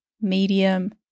medium